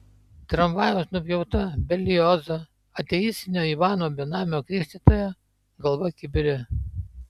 tramvajaus nupjauta berliozo ateistinio ivano benamio krikštytojo galva kibire